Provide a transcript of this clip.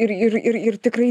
ir ir ir tikrai